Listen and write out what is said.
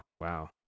wow